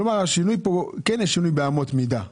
כלומר כן יש שינוי באמות המידה.